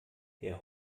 herr